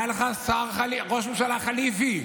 היה לך ראש ממשלה חליפי.